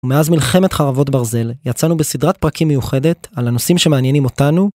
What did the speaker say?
ומאז מלחמת חרבות ברזל יצאנו בסדרת פרקים מיוחדת על הנושאים שמעניינים אותנו.